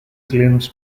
claims